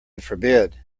forbid